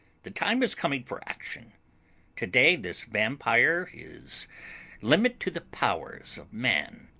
the time is coming for action to-day this vampire is limit to the powers of man,